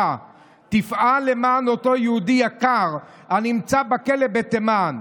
תפעל למען אותו יהודי יקר הנמצא בכלא בתימן.